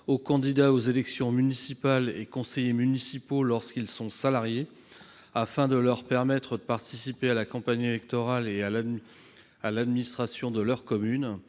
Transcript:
aux candidats aux élections municipales et aux conseillers municipaux, lorsqu'ils sont salariés, afin de leur permettre de participer à la campagne électorale et à l'administration de leur commune.